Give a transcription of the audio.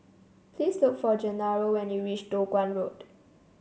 please look for Gennaro when you reach Toh Guan Road